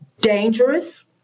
dangerous